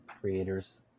creators